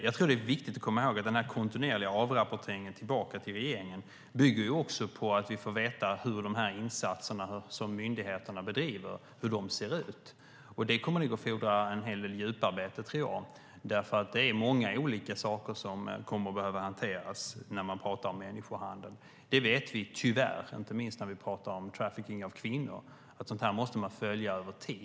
Jag tror att det är viktigt att komma ihåg att den kontinuerliga avrapporteringen tillbaka till regeringen också bygger på att vi får veta hur de insatser som myndigheterna bedriver ser ut. Det kommer att fordra en hel del djuparbete, tror jag, för det är många olika saker som kommer att behöva hanteras när man pratar om människohandel. Tyvärr vet vi, inte minst när det gäller trafficking av kvinnor, att man måste följa sådant här över tid.